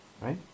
right